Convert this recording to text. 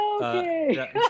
Okay